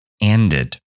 ended